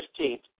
15th